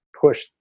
push